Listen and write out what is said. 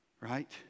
Right